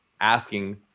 asking